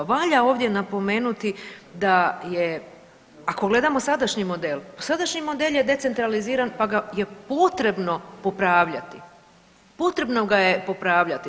Valja ovdje napomenuti ako gledamo sadašnji model, pa sadašnji model je decentraliziran pa ga je potrebno popravljati, potrebno ga je popravljati.